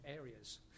areas